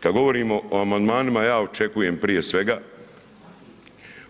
Kad govorimo o amandmanima, ja očekujemo prije svega